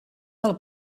del